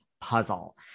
puzzle